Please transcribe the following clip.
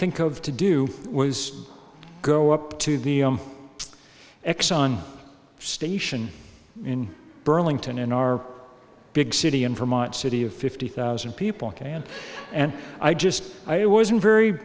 think of to do was go up to the exxon station in burlington in our big city and from a city of fifty thousand people and and i just i wasn't very